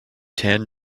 tan